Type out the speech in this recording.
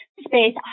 space